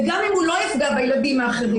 גם אם הוא לא יפגע בילדים האחרים,